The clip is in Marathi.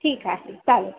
ठीक आहे ठीक चालेल